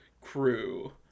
crew